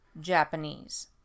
Japanese